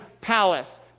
palace